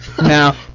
Now